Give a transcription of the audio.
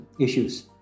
issues